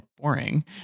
boring